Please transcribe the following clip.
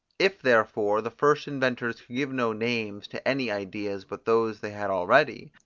if therefore the first inventors could give no names to any ideas but those they had already,